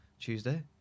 Tuesday